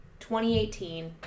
2018